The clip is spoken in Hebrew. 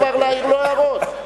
כבר להעיר לו הערות.